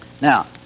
Now